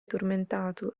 tormentato